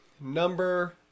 Number